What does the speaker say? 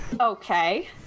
Okay